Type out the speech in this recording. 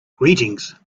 greetings